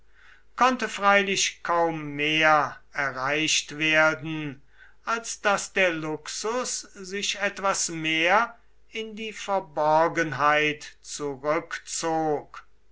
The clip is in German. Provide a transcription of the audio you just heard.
konnte freilich kaum mehr erreicht werden als daß der luxus sich etwas mehr in die verborgenheit zurückzog